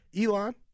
Elon